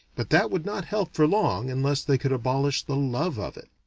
but that would not help for long unless they could abolish the love of it.